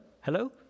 hello